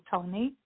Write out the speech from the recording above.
Tony